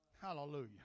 Hallelujah